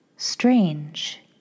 Strange